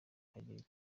akagira